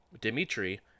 Dimitri